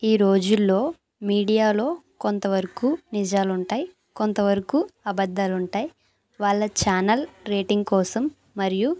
ఈ రోజుల్లో మీడియాలో కొంతవరకు నిజాలుంటాయి కొంతవరకు అబద్ధాలుంటాయి వాళ్ళ ఛానల్ రేటింగ్ కోసం మరియు